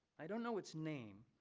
i don't know its name,